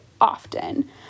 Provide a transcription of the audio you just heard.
often